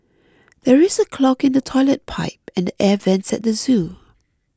there is a clog in the Toilet Pipe and the Air Vents at the zoo